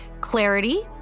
Clarity